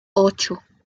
ocho